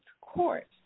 court